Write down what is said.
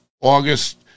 august